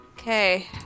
Okay